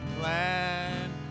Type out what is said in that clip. plan